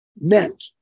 meant